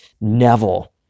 Neville